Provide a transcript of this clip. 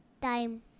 time